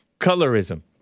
Colorism